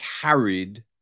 carried